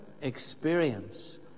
experience